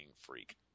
freak